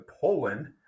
Poland